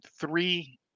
three